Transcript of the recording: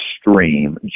stream